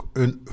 een